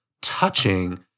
touching